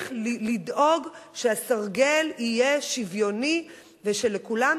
צריך לדאוג שהסרגל יהיה שוויוני ושלכולם